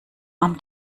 arm